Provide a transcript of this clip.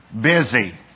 busy